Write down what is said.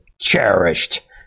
cherished